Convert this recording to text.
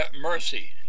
mercy